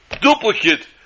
duplicate